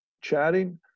chatting